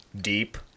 deep